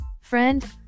friend